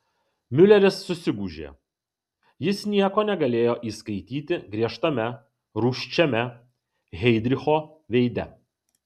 miuleris susigūžė jis nieko negalėjo įskaityti griežtame rūsčiame heidricho veide